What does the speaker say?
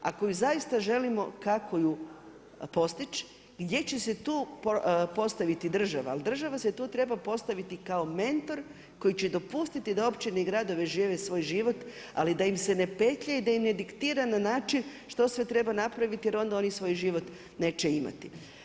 Ako ju zaista želimo kako ju postići gdje će se tu postaviti država, jel država se tu treba postaviti kao mentor koji će dopustiti da općine i gradovi žive svoj život, ali da im se ne petlja i da im ne diktira na način što sve treba napraviti jer onda oni svoj život neće imati.